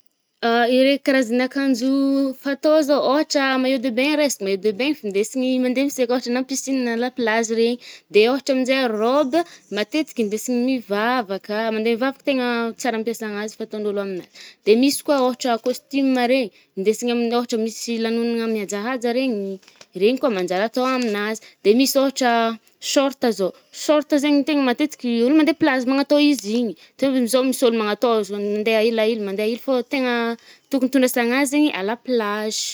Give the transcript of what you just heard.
Ireo karazan’akanjo fatô zaoo, ôhatra maillot de bain resiko, maillot de bain findesigny mande miseky ôhatrany amy piscine à la plazy re. De ôhatra aminje robe, matetiky andesigny mivavakà, mande mivavaka tegna tsara ampiasagna azy, fatôn’ôlo aminazy. De misy koà ôhatra costume regny, ndesigny amigny ôhatra misy lanonagna miajahaja regny, regny koà manjary atô aminazy. De misy ôhatra short zao, short zaigny tegna matetiky i ôlo mande plage magnatô izigny. Mitôvy amizao-misy olo magnatô zao mandea elaela mandea ely fô tegna tôkony tondrasagna azy zaigny à la plage.